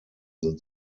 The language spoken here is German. sind